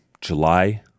July